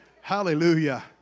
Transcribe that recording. Hallelujah